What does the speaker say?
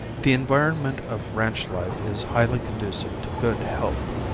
the environment of ranch life is highly conducive to good health.